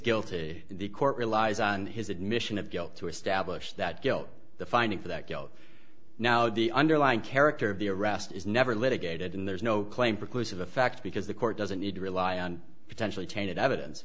guilty the court relies on his admission of guilt to establish that guilt the finding for that guilt now the underlying character of the arrest is never litigated and there's no claim because of a fact because the court doesn't need to rely on potentially tainted evidence